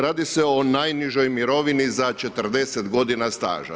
Radi se o najnižoj mirovini za 40 godina staža.